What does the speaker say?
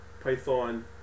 Python